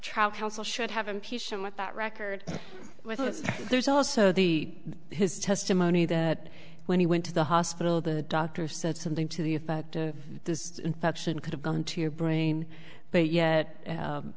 trial counsel should have impeached him with that record with us there's also the his testimony that when he went to the hospital the doctor said something to the effect of this infection could have gone into your brain but yet